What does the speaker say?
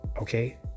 okay